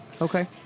Okay